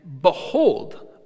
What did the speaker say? behold